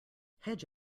hedge